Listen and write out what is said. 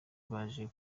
baje